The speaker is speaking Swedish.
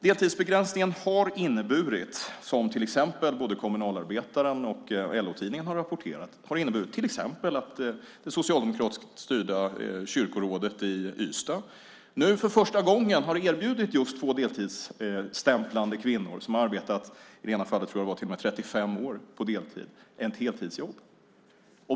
Deltidsbegränsningen har inneburit, som både Kommunalarbetaren och LO-tidningen har rapporterat, till exempel att det socialdemokratiskt styrda kyrkorådet i Ystad nu för första gången har erbjudit just två deltidsstämplande kvinnor som har arbetat länge på deltid - i det ena fallet tror jag att det till och med var under 35 år - heltidsjobb.